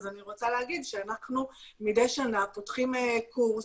אני רוצה להגיד שאנחנו מדי שנה פותחים קורס